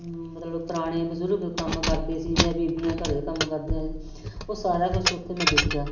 ਮਤਲਬ ਪੁਰਾਣੇ ਬਜ਼ੁਰਗ ਕੰਮ ਕਰਦੇ ਸੀ ਜਾਂ ਬੀਬੀਆਂ ਘਰੇ ਕੰਮ ਕਰਦੀਆਂ ਉਹ ਸਾਰਾ ਕੁਛ ਉੱਥੇ ਮੈਂ ਦੇਖਿਆ